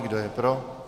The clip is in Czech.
Kdo je pro?